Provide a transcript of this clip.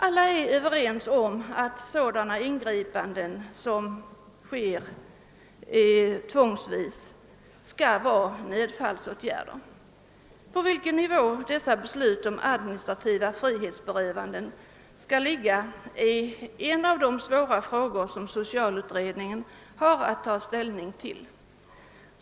Alla är överens om att sådana ingripanden som sker tvångsvis skall vara nödfallsåtgärder. På vilken nivå dessa beslut om administrativa frihetsberövanden skall ligga är en av de svåra frågor som socialutredningen har att ta ställning till.